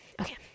okay